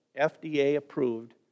FDA-approved